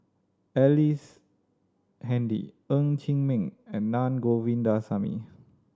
Ellice Handy Ng Chee Meng and Na Govindasamy